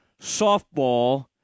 softball